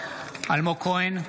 אלמוג כהן,